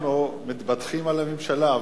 אנחנו מתבדחים על הממשלה,